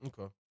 Okay